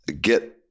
get